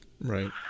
Right